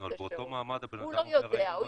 הוא יודע שהוא